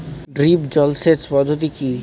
Drip জল সেচ পদ্ধতি কি?